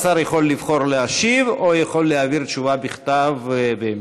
השר יכול לבחור להשיב או יכול להעביר תשובה בכתב בהמשך.